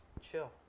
chill